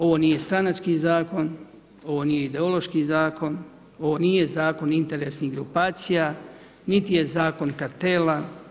Ovo nije stranački zakon, ovo nije ideološki zakon, ovo nije zakon interesnih grupacija niti je zakon kartela.